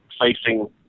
facing